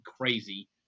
crazy